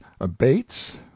abates